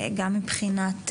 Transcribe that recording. גם מבחינת,